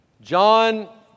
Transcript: John